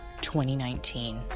2019